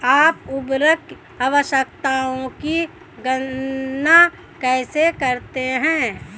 आप उर्वरक आवश्यकताओं की गणना कैसे करते हैं?